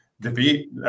debate